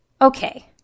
Okay